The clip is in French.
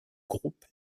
groupe